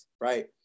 right